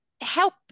help